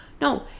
No